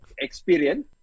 experience